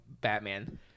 Batman